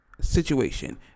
situation